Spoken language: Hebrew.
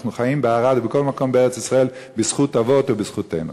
אנחנו חיים בערד ובכל מקום בארץ-ישראל בזכות אבות ובזכותנו.